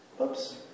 Oops